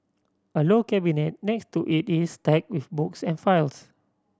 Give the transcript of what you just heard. a low cabinet next to it is stacked with books and files